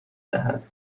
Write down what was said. دهد